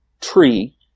tree